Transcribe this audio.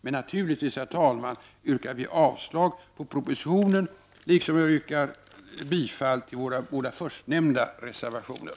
Men naturligtvis, herr talman, yrkar jag avslag på propositionen liksom jag yrkar bifall till våra båda förstnämnda reservationer.